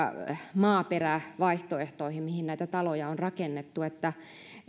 maaperävaihtoehtoihin mihin näitä taloja on rakennettu että